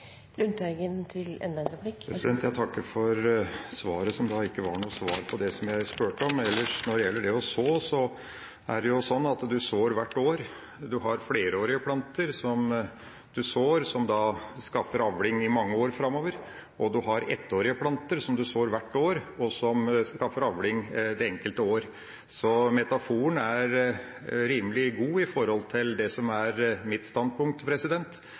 en enkeltrepresentant utfordre statsråden. Jeg takker for svaret, som ikke var noe svar på det jeg spurte om. Når det ellers gjelder det å så, er det slik at man sår hvert år. Man har flerårige planter, som skaffer avling i mange år framover, og man har ettårige planter, som man sår hvert år, og som skaffer avling det enkelte år. Metaforen er rimelig god for det som er mitt standpunkt. Vi forholder oss til det som er